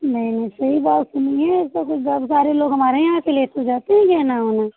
नहीं नहीं सही बात सुनी है ऐसा कुछ बहुत सारे लोग हमारे ही यहाँ से लेके जाते हैं गहना वहना